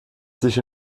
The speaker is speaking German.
sich